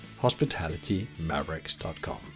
hospitalitymavericks.com